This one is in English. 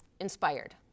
inspired